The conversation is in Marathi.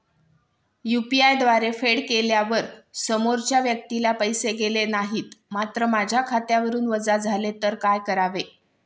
यु.पी.आय द्वारे फेड केल्यावर समोरच्या व्यक्तीला पैसे गेले नाहीत मात्र माझ्या खात्यावरून वजा झाले तर काय करावे?